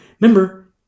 remember